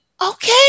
okay